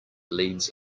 leaves